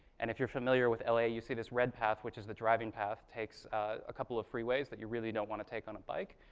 and if you're familiar with l a, you see this red path, which is the driving path takes a couple of freeways that you really don't want to take on a bike.